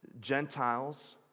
Gentiles